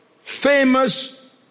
famous